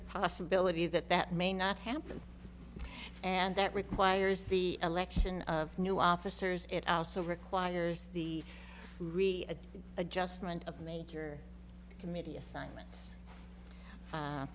the possibility that that may not happen and that requires the election of new officers it also requires the re adjustment of major committee assignments a